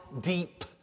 deep